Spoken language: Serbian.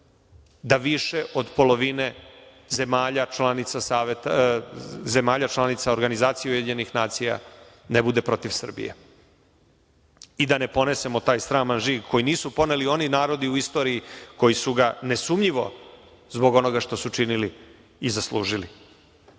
da više od polovine zemalja članica organizacije UN ne bude protiv Srbije i da ne ponesemo taj sraman žig koji nisu poneli oni narodi u istoriji koji su ga nesumnjivo zbog onoga što su činili i zaslužili. Nemojte